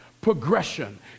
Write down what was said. progression